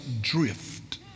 drift